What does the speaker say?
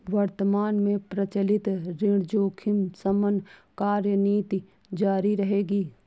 वर्तमान में प्रचलित ऋण जोखिम शमन कार्यनीति जारी रहेगी